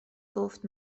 گفت